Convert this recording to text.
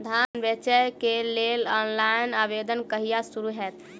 धान बेचै केँ लेल ऑनलाइन आवेदन कहिया शुरू हेतइ?